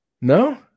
No